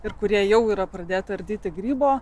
ir kurie jau yra pradėti ardyti grybo